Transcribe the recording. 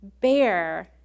bear